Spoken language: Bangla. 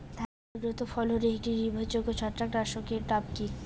ধান উন্নত ফলনে একটি নির্ভরযোগ্য ছত্রাকনাশক এর নাম কি?